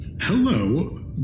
Hello